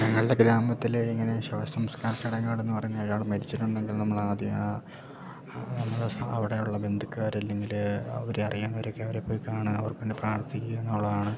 ഞങ്ങളുടെ ഗ്രാമത്തിൽ ഇങ്ങനെ ശവസംസ്കാര ചടങ്ങാട് എന്ന് പറഞ്ഞാൽ ഒരാൾ മരിച്ചിട്ടുണ്ടെങ്കിൽ നമ്മളാദ്യം ആ ആ നമ്മൾ അവിടെയുള്ള ബന്ധുക്കാർ അല്ലെങ്കിൽ അവർ അറിയുന്നവരൊക്കെ അവരെ പോയി കാണുക അവർക്ക് വേണ്ടി പ്രാർത്ഥിക്കുക എന്നുള്ളതാണ്